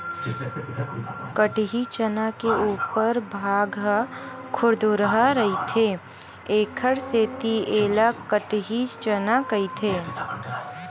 कटही चना के उपर भाग ह खुरदुरहा रहिथे एखर सेती ऐला कटही चना कहिथे